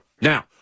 Now